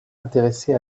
intéressé